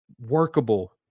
workable